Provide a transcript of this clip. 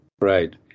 right